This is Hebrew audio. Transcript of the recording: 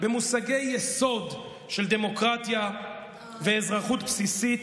במושגי יסוד של דמוקרטיה ואזרחות בסיסית,